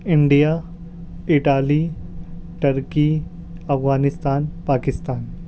India Italy turkey Afghanistan Pakistan